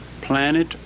Planet